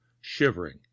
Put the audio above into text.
shivering